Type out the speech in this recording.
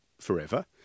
forever